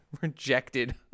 rejected